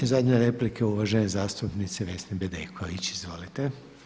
I zadnja replika uvažene zastupnice Vesne Bedeković, izvolite.